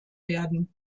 werden